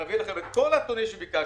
מביא את כל הנתונים שביקשתם,